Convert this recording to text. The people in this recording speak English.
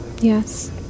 Yes